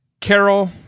Carol